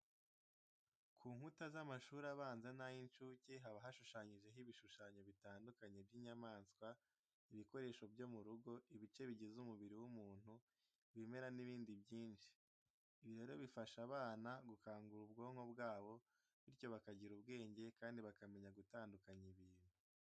Ku nkuta z'amashuri abanza n'ay'incuke haba hashushanyijeho ibishushanyo bitandukanye by'inyamaswa, ibikoresho byo mu rugo, ibice bigize umubiri w'umuntu, ibimera n'ibindi byinshi. Ibi rero bifasha aba bana gukangura ubwonko bwabo, bityo bakagira ubwenge kandi bakamenya gutandukanya ibintu.